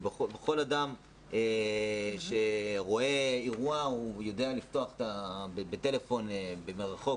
וכל אדם שרואה אירוע הוא יודע לפתוח בטלפון מרחוק,